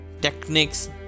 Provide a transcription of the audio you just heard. techniques